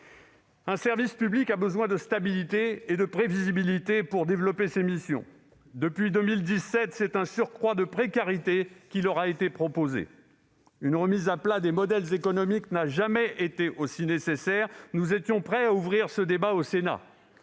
Un service public a besoin de stabilité et de prévisibilité pour développer ses missions ! Depuis 2017, c'est un surcroît de précarité qui leur a été proposé ! Une remise à plat des modèles économiques n'a jamais été aussi nécessaire. Nous étions prêts à ouvrir ce débat au Sénat.